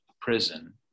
prison